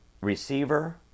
receiver